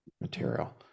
material